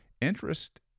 Interest